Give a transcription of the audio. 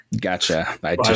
gotcha